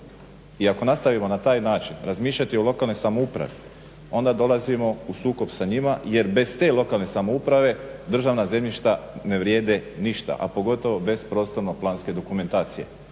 I ako nastavimo na taj način razmišljati u lokalnoj samoupravi onda dolazimo u sukob sa njima jer bez te lokalne samouprave državna zemljišta ne vrijede ništa, a pogotovo bez prostorno planske dokumentacije.